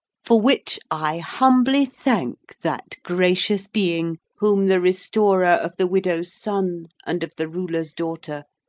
for which i humbly thank that gracious being whom the restorer of the widow's son and of the ruler's daughter,